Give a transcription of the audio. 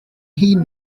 hŷn